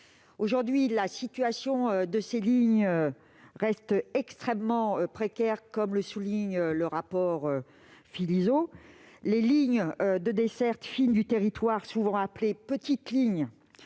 Aujourd'hui, la situation de ces lignes reste extrêmement précaire, comme le souligne le rapport Philizot. Les lignes de desserte fine du territoire, souvent appelées « petites lignes »,